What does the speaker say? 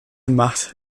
macht